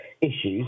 issues